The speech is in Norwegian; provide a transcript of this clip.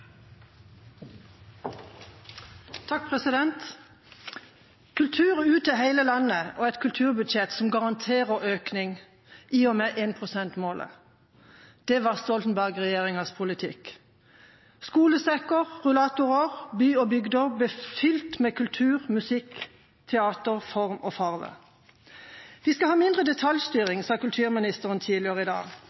Kultur ut til hele landet og et kulturbudsjett som garanterer økning i og med énprosentmålet, var Stoltenberg-regjeringas politikk. Skolesekker, rullatorer, by og bygder ble fylt med kultur, musikk, teater, form og farge. Vi skal ha mindre detaljstyring, sa kulturministeren tidligere i dag.